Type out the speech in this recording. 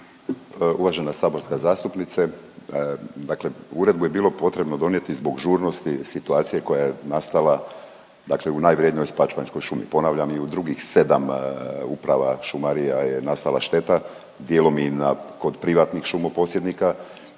Uvažena saborska zastupnice, dakle Uredbu je bilo potrebno donijeti zbog žurnosti situacije koja je nastala, dakle u najvrjednijoj spačvanskoj šumi, ponavljam i u drugih 7 Uprava šumarija je nastala šteta, dijelom i na, kod privatnih šumo posjednika